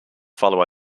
follow